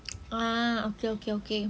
uh okay okay okay